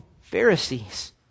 Pharisees